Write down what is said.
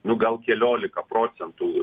nu gal keliolika procentų